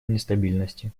нестабильности